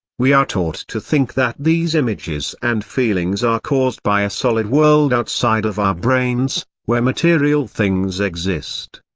we are taught to think that these images and feelings are caused by a solid world outside of our brains, where material things exist.